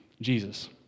Jesus